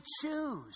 choose